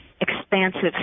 expansive